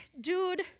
dude